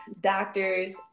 doctors